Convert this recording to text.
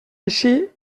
així